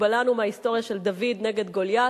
מקובלנו מההיסטוריה של דוד נגד גוליית.